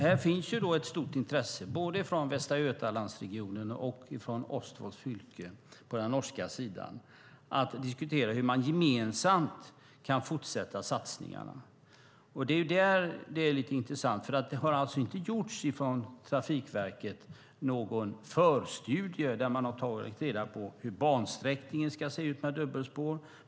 Här finns ett stort intresse från både Västra Götalandsregionen och Østfold Fylke på den norska sidan att diskutera hur man gemensamt kan fortsätta satsningarna. Trafikverket har alltså inte gjort någon förstudie där man har tagit reda på hur bansträckningen ska se ut med dubbelspår.